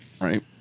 Right